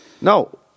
No